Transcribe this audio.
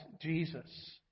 Jesus